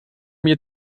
mir